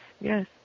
yes